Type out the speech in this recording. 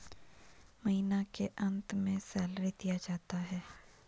महीना के अंत में सैलरी दिया जाता है